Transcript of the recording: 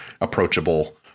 approachable